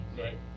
right